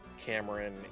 Cameron